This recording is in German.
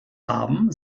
haben